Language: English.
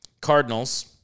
Cardinals